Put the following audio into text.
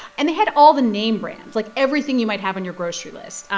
and they had all the name brands, like everything you might have on your grocery list.